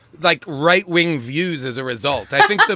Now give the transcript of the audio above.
like right wing views as a result. i think but ah